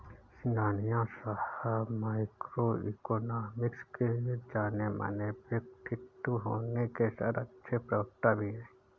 सिंघानिया साहब microeconomics के जानेमाने व्यक्तित्व होने के साथ अच्छे प्रवक्ता भी है